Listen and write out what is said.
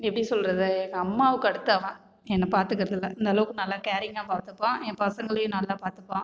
எப்படி சொல்கிறது எங்கள் அம்மாவுக்கு அடுத்து அவன் என்ன பார்த்துக்குறதுல அந்த அளவுக்கு நல்லா கேரிங்காக பார்த்துப்பான் என் பசங்களையும் நல்லா பார்த்துப்பான்